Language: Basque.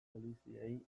poliziei